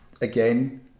again